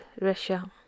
Russia